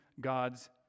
God's